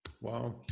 Wow